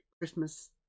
Christmas